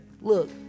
Look